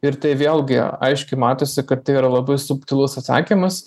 ir tai vėlgi aiškiai matosi kad tai yra labai subtilus atsakymas